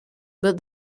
but